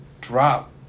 Drop